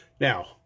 Now